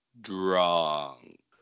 drunk